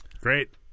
Great